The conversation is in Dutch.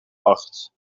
acht